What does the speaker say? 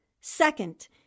Second